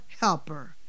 helper